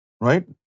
right